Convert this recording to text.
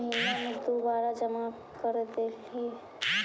महिना मे दु बार जमा करदेहिय?